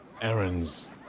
errands